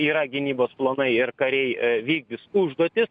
yra gynybos planai ir kariai vykdys užduotis